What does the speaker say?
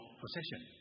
procession